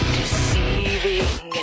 Deceiving